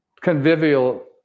convivial